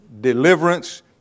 deliverance